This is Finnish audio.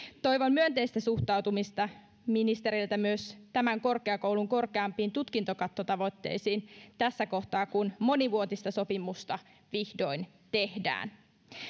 toivon myönteistä suhtautumista ministeriltä myös tämän korkeakoulun korkeampiin tutkintokattotavoitteisiin tässä kohtaa kun monivuotista sopimusta vihdoin tehdään